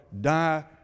die